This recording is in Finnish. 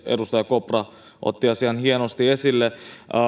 edustaja kopra otti asian hienosti esille